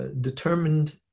determined